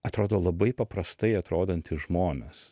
atrodo labai paprastai atrodantys žmonės